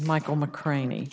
michael mccray me